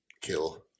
kill